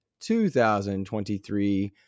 2023